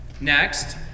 Next